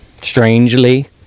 strangely